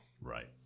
Right